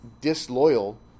disloyal